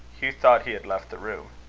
hugh thought he had left the room.